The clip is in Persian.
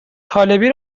طالبی